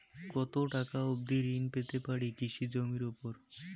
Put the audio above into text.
কত টাকা অবধি ঋণ পেতে পারি কৃষি জমির উপর?